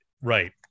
Right